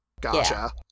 Gotcha